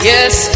Yes